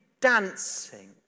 dancing